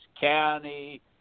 county